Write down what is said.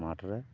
ᱢᱟᱴᱷ ᱨᱮ